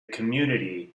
community